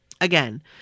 Again